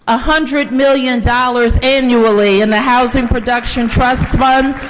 ah hundred million dollars annually in the housing production trust fund.